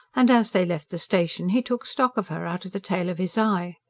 and as they left the station he took stock of her, out of the tail of his eye.